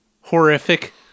horrific